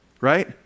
right